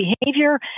behavior